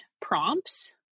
prompts